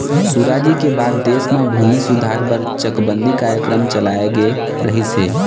सुराजी के बाद देश म भूमि सुधार बर चकबंदी कार्यकरम चलाए गे रहिस हे